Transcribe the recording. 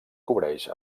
cobreix